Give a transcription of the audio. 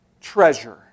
treasure